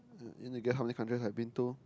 you wanna guess how many countries I've been to